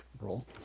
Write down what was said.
roll